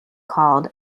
called